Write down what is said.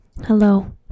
hello